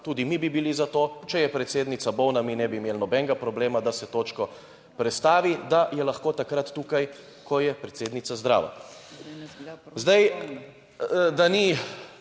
Tudi mi bi bili za to, če je predsednica bolna, mi ne bi imeli nobenega problema, da se točko prestavi, da je lahko takrat tukaj, ko je predsednica zdrava. Zdaj, **43.